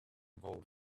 involved